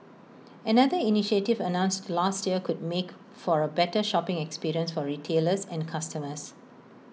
another initiative announced last year could make for A better shopping experience for retailers and customers